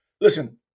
Listen